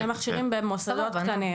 שני מכשירים במוסדות קטנים.